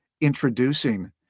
introducing